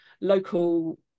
local